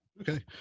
Okay